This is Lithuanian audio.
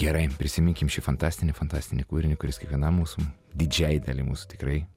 gerai prisiminkim šį fantastinį fantastinį kūrinį kuris kiekvienam mūsų didžiajai daliai mūsų tikrai